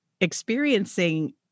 experiencing